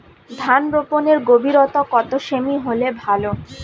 ধান রোপনের গভীরতা কত সেমি হলে ভালো?